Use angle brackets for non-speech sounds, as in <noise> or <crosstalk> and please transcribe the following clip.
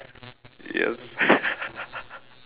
yes <laughs>